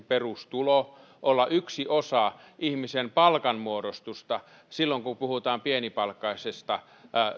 perustulo olla yksi osa ihmisen palkanmuodostusta silloin kun puhutaan pienipalkkaisesta